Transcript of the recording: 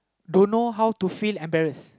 dunno how to feel embarrassed